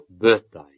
birthday